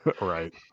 Right